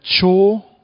chore